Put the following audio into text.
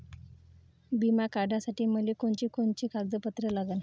बिमा काढासाठी मले कोनची कोनची कागदपत्र लागन?